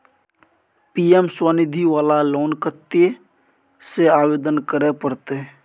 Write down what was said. PM Svanidhi वाला loan कत्ते से आवेदन करे परतै?